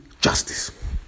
justice